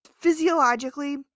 physiologically